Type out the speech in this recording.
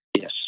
Yes